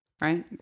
Right